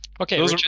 Okay